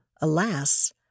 alas